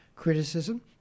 Criticism